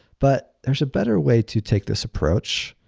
but there's a better way to take this approach.